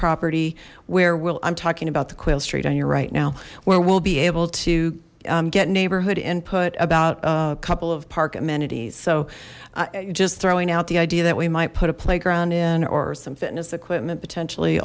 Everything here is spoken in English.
property where will i'm talking about the coil street on your right now where we'll be able to get neighborhood input about a couple of park amenities so just throwing out the idea that we might put a playground in or some fitness equipment potentially